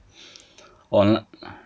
onli~